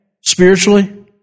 spiritually